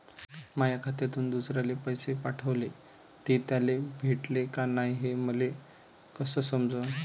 माया खात्यातून दुसऱ्याले पैसे पाठवले, ते त्याले भेटले का नाय हे मले कस समजन?